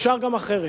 אפשר גם אחרת.